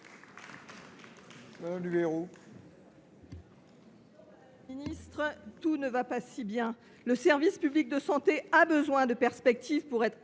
madame la ministre, tout ne va pas si bien ! Le service public de la santé a besoin de perspectives pour être